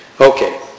Okay